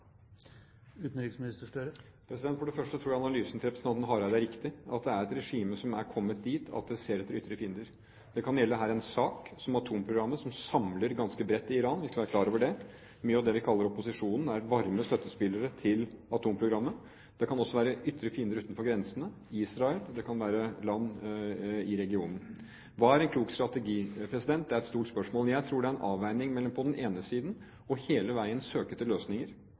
For det første tror jeg analysen til representanten Hareide er riktig, at det er et regime som er kommet dit at de ser etter ytre fiender. Det kan gjelde en sak som atomprogrammet, som samler ganske bredt i Iran. Vi skal være klar over det. Mye av det vi kaller opposisjonen, er varme støttespillere til atomprogrammet. Det kan også være ytre fiender utenfor grensene, Israel. Det kan være land i regionen. Hva er en klok strategi? Det er et stort spørsmål. Jeg tror det er en avveining mellom på den ene siden hele veien å søke etter løsninger,